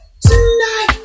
Tonight